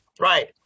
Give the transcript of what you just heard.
Right